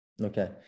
Okay